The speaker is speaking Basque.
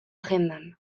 agendan